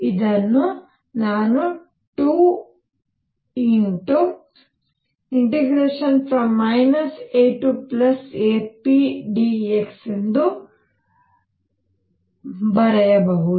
ಆದ್ದರಿಂದ ನಾನು ಇದನ್ನು 2 AApdx ಎಂದು ಬರೆಯಬಹುದು